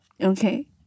Okay